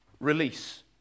Release